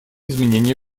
изменения